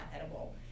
edible